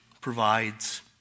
provides